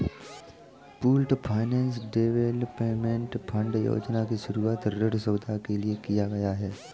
pooled finance development fund योजना की शुरूआत ऋण सुविधा के लिए किया गया है